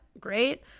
great